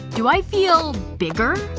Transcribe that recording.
do i feel bigger?